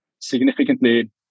significantly